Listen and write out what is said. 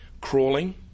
crawling